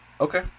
Okay